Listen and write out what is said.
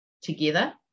together